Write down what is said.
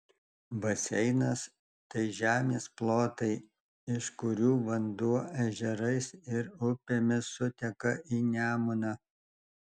baseinas tai žemės plotai iš kurių vanduo ežerais ir upėmis suteka į nemuną